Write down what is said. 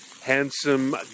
handsome